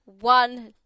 one